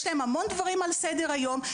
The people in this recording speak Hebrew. יש להם המון דברים על סדר היום.